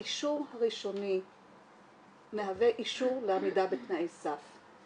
האישור הראשוני מהווה אישור לעמידה בתנאי סף.